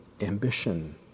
ambition